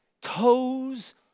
toes